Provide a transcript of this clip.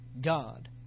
God